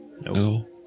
no